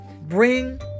bring